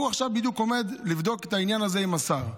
והוא עכשיו בדיוק עומד לבדוק את העניין הזה עם השר.